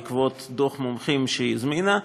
בעקבות דוח מומחים שהיא הזמינה,